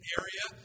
area